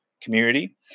community